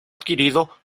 adquirido